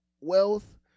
wealth